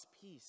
peace